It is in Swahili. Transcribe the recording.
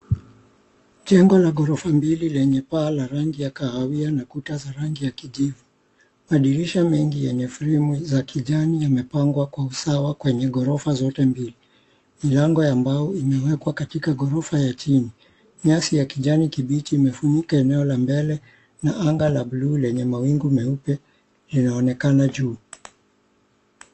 Jengo la ghorofa mbili lenye paa la rangi ya kahawia na kuta za rangi ya kijivu. Madirisha mengi yenye fremu za kijani yamepangwa kwa usawa kwenye ghorofa zote mbili. Milango ya mbao imewekwa katika ghorofa ya chini. Nyasi ya kijani kibichi imefunika eneo la mbele na anga la buluu lenye mawingu meupe inaonekana juu.